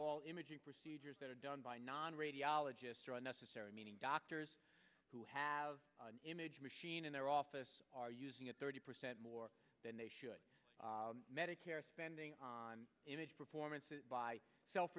all imaging procedures that are done by non radiologists are unnecessary meaning doctors who have an image machine in their office are using it thirty percent more than they should medicare spending on image performances by self